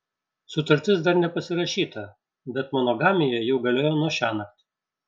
sutartis dar nepasirašyta bet monogamija jau galioja nuo šiąnakt